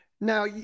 Now